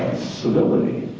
civility.